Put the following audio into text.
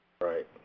Right